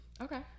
okay